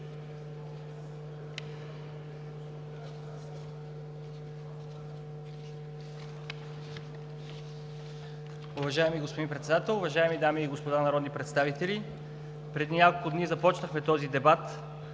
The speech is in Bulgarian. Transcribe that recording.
Уважаеми господин Председател, уважаеми дами и господа народни представители! Преди няколко дни започнахме този дебат,